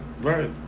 Right